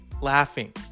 laughing